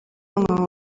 bamwe